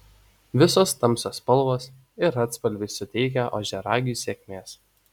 visos tamsios spalvos ir atspalviai suteikia ožiaragiui sėkmės